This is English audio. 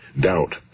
Doubt